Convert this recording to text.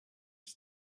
his